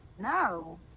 No